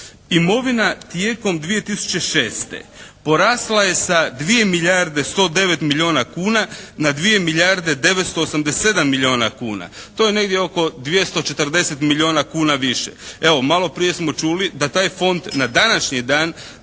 Imovina tijekom 2006. porasla je sa 2 milijarde 109 milijuna kuna na 2 milijarde 987 milijuna kuna. To je negdje oko 240 milijuna kuna više. Evo, malo prije smo čuli da taj fond na današnji dan